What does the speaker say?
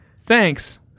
Thanks